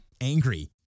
angry